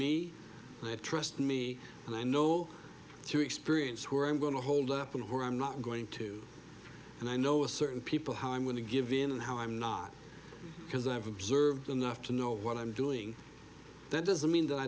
me trust me and i know through experience where i'm going to hold up and or i'm not going to and i know a certain people how i'm going to give in and how i'm not because i've observed enough to know what i'm doing that doesn't mean that i